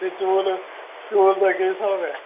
ते चौल चौल दा केह् स्हाब कताब ऐ